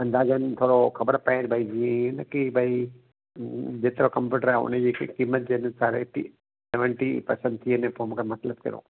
अंदाज़नि थोरो ख़बर पए के भई ही हिन खे भई ह जेतिरो कंप्यूटर आहे उन जी क़ीमत जे अनुसार एटी सेवंटी परसंट थी वञे पोइ मूंखे मतिलबु कहिड़ो